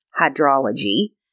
hydrology